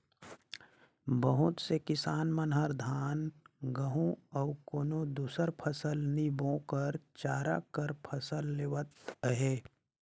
बहुत से किसान मन हर धान, गहूँ अउ कोनो दुसर फसल नी बो कर चारा कर फसल लेवत अहे